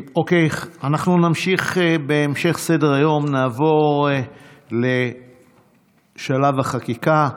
אנחנו נמשיך בסדר-היום ונעבור לשלב החקיקה.